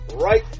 right